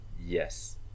Yes